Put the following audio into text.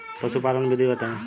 पशुपालन विधि बताई?